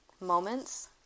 moments